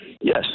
Yes